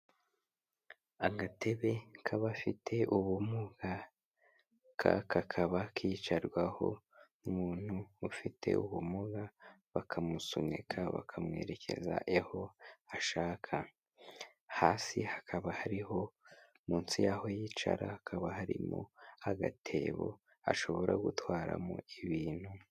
Agatebe k'abafite ubumuga kakaba kicarwaho n'umuntu ufite ubumuga bakamusunika, bakamwerekeza aho ashaka. Hasi hakaba hariho munsi y'aho yicara hakaba harimo agatebo ashobora gutwaramo ibintu.